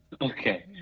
Okay